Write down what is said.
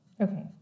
Okay